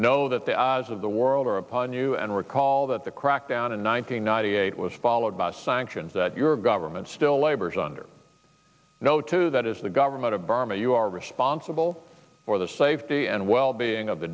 know that the eyes of the world are upon you and recall that the crackdown in one nine hundred ninety eight was followed by sanctions that your government still labors under no two that is the government of burma you are responsible for the safety and well being of the